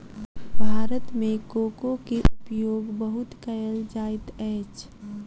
भारत मे कोको के उपयोग बहुत कयल जाइत अछि